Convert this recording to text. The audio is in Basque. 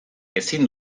ezin